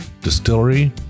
distillery